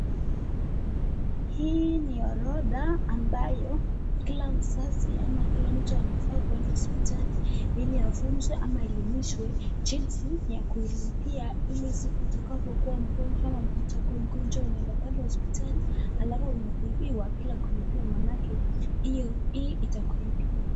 Hii ni orodha ambayo kila mzazi ama kila mtu anafaa kuenda hosiptali ili afunzwe ama aelimishwe jinsi ya kuilipia ili siku utakapo kuwa mgonjwa ama mtoto akuwe mgonjwa, unaenda pale hosiptali halafu unatibiwa bila kulipia maanake hii itakulipia.